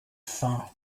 faim